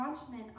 watchmen